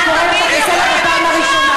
אני קוראת אותך לסדר בפעם הראשונה.